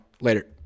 Later